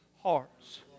hearts